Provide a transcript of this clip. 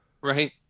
Right